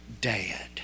Dad